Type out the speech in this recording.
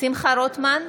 שמחה רוטמן,